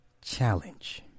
challenge